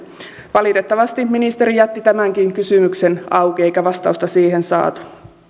valitettavasti ministeri jätti tämänkin kysymyksen auki eikä vastausta siihen saatu